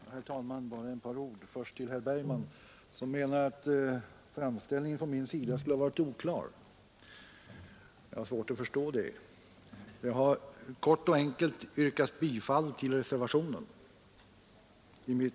klent talman! Bara ett par ord - först till herr Bergman som mej att Lördagen den min framställning skulle ha varit; oklar. Jag har svårt att förstå det. Jag 16 december 1972 har kort och enkelt yrkat bifall till reservationen. Det är mitt ———!